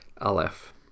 Aleph